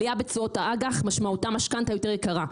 משמעות עלייה בתשואות האג"ח היא משכנתה יותר יקרה,